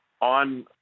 on